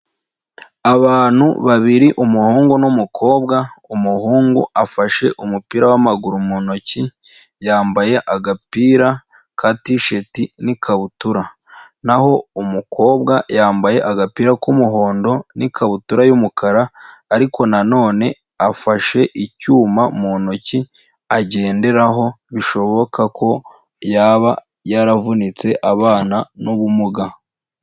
Abantu babiri umuhungu n'umukobwa, umuhungu afashe umupira w'amaguru mu ntoki, yambaye agapira ka tisheti n'ikabutura, naho umukobwa yambaye agapira k'umuhondo n'ikabutura y'umukara, ariko na none afashe icyuma mu ntoki agenderaho, bishoboka ko yaba yaravunitse abana n'ubumuga.